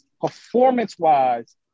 performance-wise